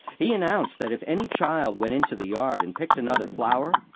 he announced that if any child went into the yard and picked another flower,